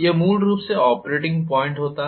यह मूल रूप से ऑपरेटिंग पॉइंट होता